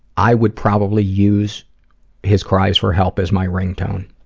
i would probably use his cries for help as my ringtone.